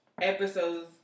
episodes